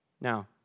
Now